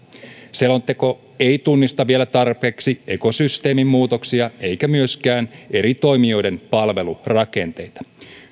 selonteko ei tunnista vielä tarpeeksi ekosysteemin muutoksia eikä myöskään eri toimijoiden palvelurakenteita